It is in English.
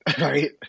right